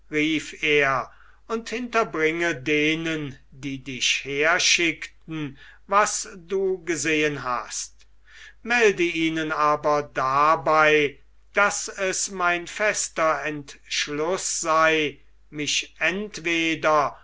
er und hinterbringe denen die dich herschickten was du gesehen hast melde ihnen aber dabei daß es mein fester entschluß sei mich entweder